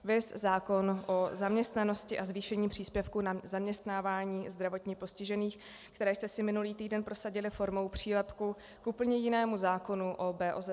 Viz zákon o zaměstnanosti a zvýšení příspěvku na zaměstnávání zdravotně postižených, které jste si minulý týden prosadili formou přílepku k úplně jinému zákonu o BOZP.